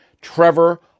Trevor